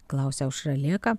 klausia aušra lėka